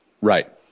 Right